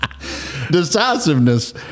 decisiveness